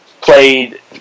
played